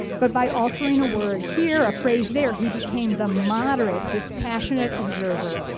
but by altering a word here, a phrase there, he became the moderate dispassionate observer,